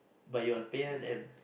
but you are pay one them